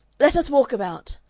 let us walk about.